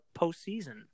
postseason